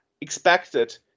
expected